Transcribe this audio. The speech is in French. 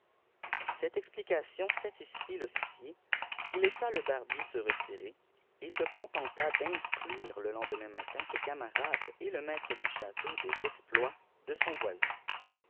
cette exphcation satisfit rofscier qui laissa le barbier se relirery et se contenta d'instruire le lendemain matin ses camarades et le maître du château des exploits de son voisin